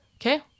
Okay